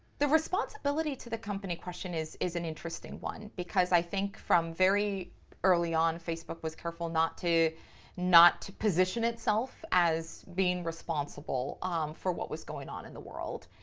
the responsibility to the company question is is an interesting one because i think from very early on facebook was careful not to not position itself as being responsible for what was going on in the world.